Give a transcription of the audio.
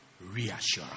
reassurance